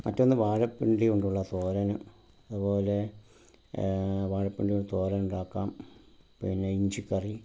മറ്റൊന്ന് വാഴപ്പിണ്ടി കൊണ്ടുള്ള തോരന് അതുപോലെ വാഴപ്പിണ്ടി കൊണ്ട് തോരനുണ്ടാക്കാം പിന്നെ ഇഞ്ചി കറി